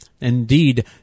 Indeed